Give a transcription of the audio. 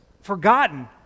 forgotten